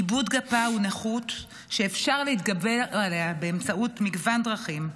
איבוד גפה הוא נכות שאפשר להתגבר עליה באמצעות מגוון דרכים,